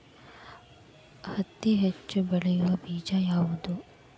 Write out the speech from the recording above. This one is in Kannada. ಹತ್ತಿ ಹೆಚ್ಚ ಬೆಳೆಯುವ ಬೇಜ ಯಾವುದು?